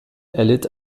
erlitt